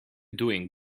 doing